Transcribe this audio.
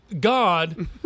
God